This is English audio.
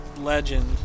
Legend